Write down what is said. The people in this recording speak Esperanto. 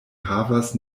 havas